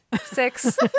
six